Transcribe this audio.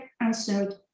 answered